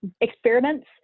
experiments